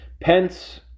Pence